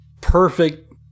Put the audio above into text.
perfect